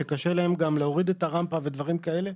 שקשה להם להוריד את הרמפה ודברים כאלה.